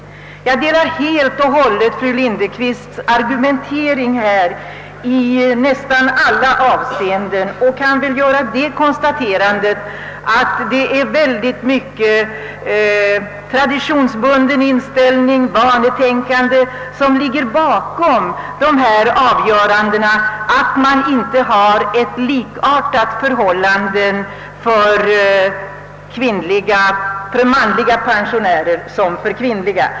Jag instämmer helt och hållet i fru Lindekvists argumentering i nästan alla avseenden, och jag kan göra det konstaterandet att det är mycket av traditionsbunden inställning och vanetänkande som ligger till grund för differentieringen mellan manliga och kvinnliga pensionärer.